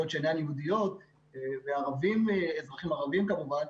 שאינן יהודיות ואזרחים ערבים כמובן,